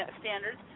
standards